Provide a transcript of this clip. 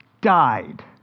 died